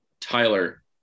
Tyler